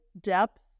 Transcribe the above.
depth